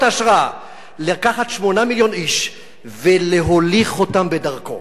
ההשראה לקחת 8 מיליון איש ולהוליך אותם בדרכו.